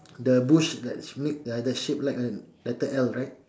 the bush that make uh the shape like a letter L right